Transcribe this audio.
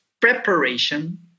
preparation